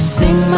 sing